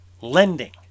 lending